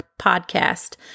podcast